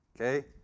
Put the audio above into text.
Okay